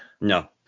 No